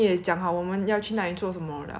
like because of the virus and all I mean like